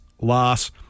loss